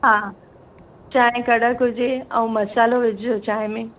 हा चांहि कड़क हुजे ऐं मसालो विझ जो चांहि में